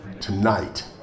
Tonight